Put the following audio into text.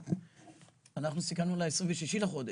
אנחנו סיכמנו על ה-26 בחודש.